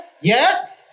Yes